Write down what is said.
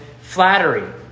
flattery